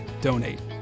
Donate